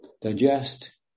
digest